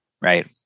right